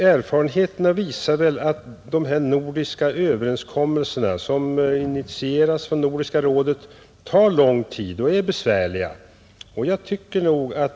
Erfarenheterna visar väl att de nordiska överenskommelser som initieras från Nordiska rådet tar lång tid och är besvärliga att få fram.